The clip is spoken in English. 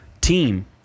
team